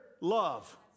love